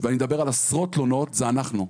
ואני מדבר על עשרות תלונות, זה אנחנו.